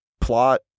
plot